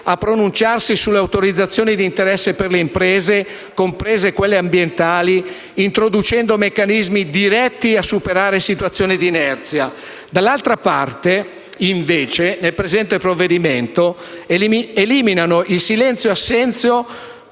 a pronunciarsi sulle autorizzazioni di interesse per le imprese, comprese quelle ambientali, introducendo meccanismi diretti a superare situazioni di inerzia; dall’altra parte, invece, nel presente provvedimento, eliminano il silenzio-assenso